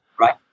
right